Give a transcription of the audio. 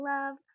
Love